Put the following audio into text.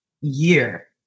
year